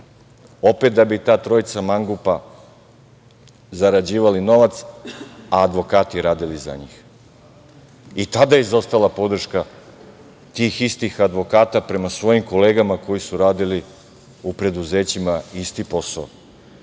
opet da bi ta trojica mangupa zarađivali novac, a advokati radili za njih. I tada je izostala podrška tih istih advokata prema svojim kolegama koji su radili u preduzećima isti